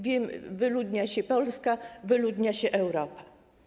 Wyludnia się Polska, wyludnia się Europa.